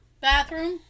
bathroom